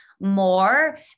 more